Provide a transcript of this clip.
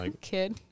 kid